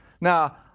Now